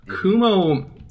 Kumo